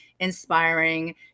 inspiring